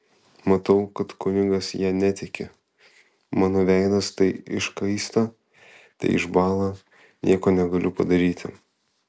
matau kad kunigas ja netiki mano veidas tai iškaista tai išbąla nieko negaliu padaryti